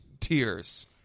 tears